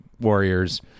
Warriors